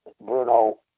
Bruno